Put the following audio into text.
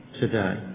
today